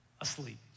asleep